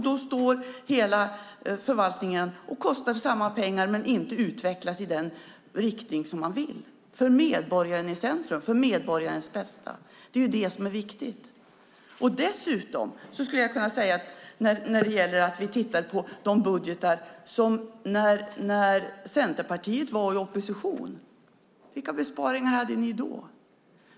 Då står också hela förvaltningen och kostar samma summa pengar men utvecklas inte i den riktning man vill, nämligen för medborgaren i centrum och för medborgarens bästa. Det är det som är viktigt. Dessutom skulle jag när det gäller budgetarna från när Centerpartiet var i opposition kunna säga: Vilka besparingar hade ni då?